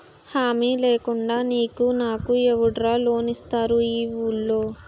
హామీ లేకుండా నీకు నాకు ఎవడురా లోన్ ఇస్తారు ఈ వూళ్ళో?